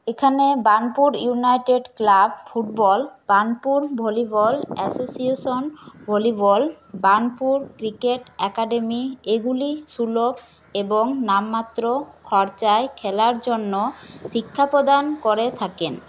এখানে Burnpur united club football Burnpur volleyball association volleyball Burnpur cricket academy এগুলি সুলভ এবং নামমাত্র খরচায় খেলার জন্য শিক্ষা প্রদান করে থাকেন